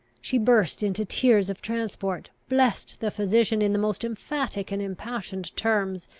she burst into tears of transport, blessed the physician in the most emphatic and impassioned terms,